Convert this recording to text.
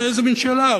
איזה מין שאלה?